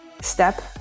step